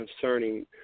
concerning